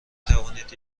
توانید